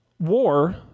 war